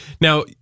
Now